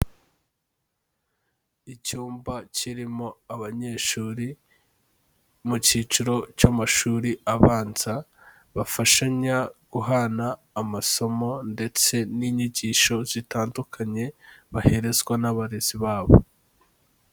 Icyumba kirimo abanyeshuri mu cyiciro cy'amashuri abanza, bafashanya guhana amasomo ndetse n'inyigisho zitandukanye baherezwa n'abarezi babo.